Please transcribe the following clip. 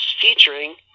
featuring